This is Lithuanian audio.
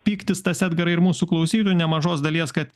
pyktis tas edgarai ir mūsų klausytojų nemažos dalies kad